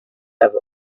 have